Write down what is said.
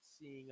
seeing